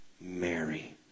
Mary